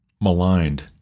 maligned